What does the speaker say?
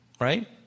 right